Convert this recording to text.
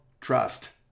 trust